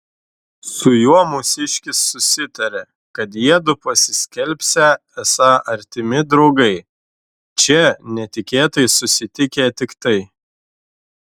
su juo mūsiškis susitarė kad jiedu pasiskelbsią esą artimi draugai čia netikėtai susitikę tiktai